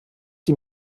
die